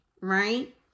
right